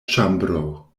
ĉambro